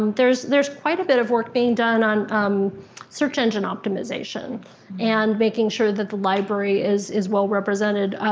um there's there's quite a bit of work being done on um search engine optimization and making sure that the library is is well-represented.